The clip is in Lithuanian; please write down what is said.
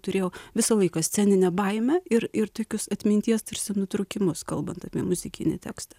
turėjau visą laiką sceninę baimę ir ir tokius atminties tarsi nutrūkimus kalbant apie muzikinį tekstą